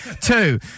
Two